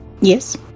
Yes